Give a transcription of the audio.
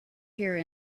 here